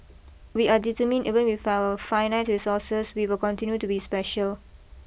we are determined even with our finite resources we will continue to be special